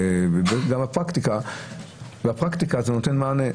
גם בפרקטיקה זה נותן מענה.